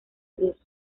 cruz